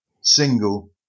single